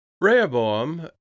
Rehoboam